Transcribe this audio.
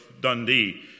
Dundee